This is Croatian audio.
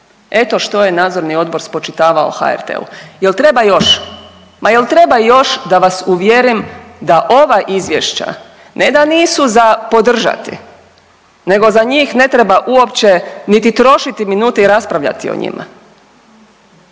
Eto što je Nadzorni odbor spočitavao HRT-u. Jel treba još, ma jel treba još da vas uvjerim da ova izvješća ne da nisu za podržati nego za njih ne treba uopće niti trošiti minute i raspravljati o njima.